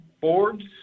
boards